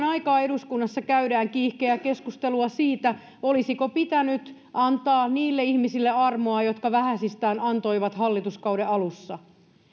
aikaan eduskunnassa käydään kiihkeää keskustelua siitä olisiko pitänyt antaa niille ihmisille armoa jotka vähäisistään antoivat hallituskauden alussa